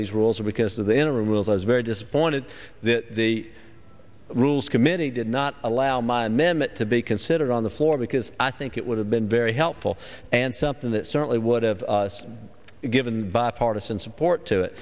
these rules or because of the interim rules i was very disappointed that the rules committee did not allow my amendment to be considered on the floor because i think it would have been very helpful and something that certainly would have given bipartisan support to it